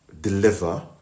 deliver